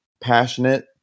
passionate